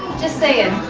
just saying.